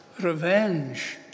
revenge